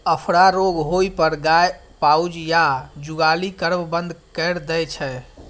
अफरा रोग होइ पर गाय पाउज या जुगाली करब बंद कैर दै छै